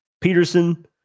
Peterson